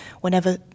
Whenever